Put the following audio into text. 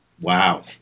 Wow